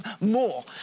more